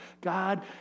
God